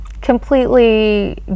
completely